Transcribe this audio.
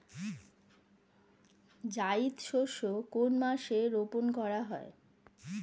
জায়িদ শস্য কোন মাসে রোপণ করা হয়?